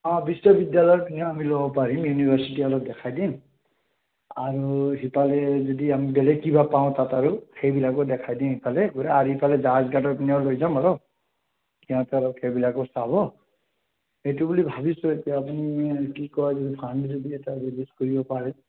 অঁ বিশ্ববিদ্যালয়ৰ পিনে আমি ল'ব পাৰিম ইউনিভাৰ্ছিটি অলপ দেখাই দিম আৰু সিফালে যদি আমি বেলেগ কিবা পাওঁ তাত আৰু সেইবিলাকো দেখাই দিম সিফালে আৰু সিফালে জাহাজ ঘাটৰ পিনেও লৈ যাম অলপ সিহঁতে অলপ সেইবিলাকো চাব সেইটো বুলি ভাবিছোঁ এতিয়া আপুনি আৰু কি কয় যদি ফাণ্ড যদি এটা ৰিলিজ কৰিব পাৰে